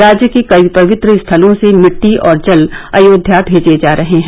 राज्य के कई पवित्र स्थलों से मिट्टी और जल अयोध्या भेजे जा रहे हैं